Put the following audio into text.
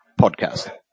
Podcast